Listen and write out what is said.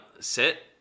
sit